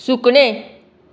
सुकणें